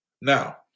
Now